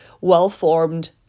well-formed